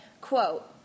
Quote